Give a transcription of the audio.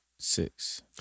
six